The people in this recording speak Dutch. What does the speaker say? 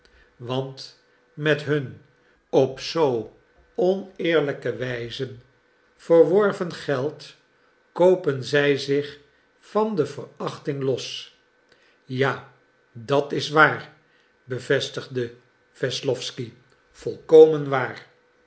want met hun op zoo oneerlijke wijze verworven geld koopen zij zich van de verachting los ja dat is waar bevestigde wesslowsky volkomen waar